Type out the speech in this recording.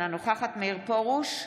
אינה נוכחת מאיר פרוש,